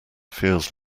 feels